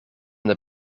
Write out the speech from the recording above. naar